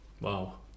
wow